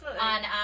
on